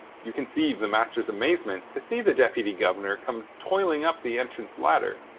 you conceive the master's amazement to see the deputy-governor come toiling up the entrance ladder,